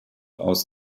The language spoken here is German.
aus